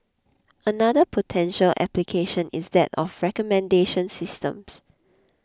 another potential application is that of recommendation systems